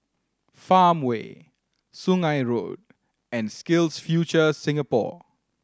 Farmway Sungei Road and SkillsFuture Singapore